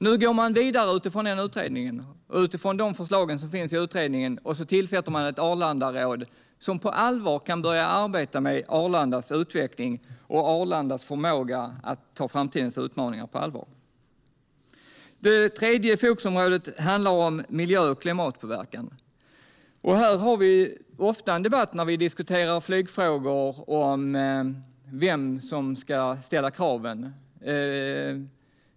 Nu går man vidare utifrån de förslag som finns i utredningen och tillsätter ett Arlandaråd som på allvar kan börja arbeta med Arlandas utveckling och förmåga att ta framtidens utmaningar på allvar. Det tredje fokusområdet handlar om miljö och klimatpåverkan. Här har vi ofta en debatt när vi diskuterar flygfrågor om vem som ska ställa kraven.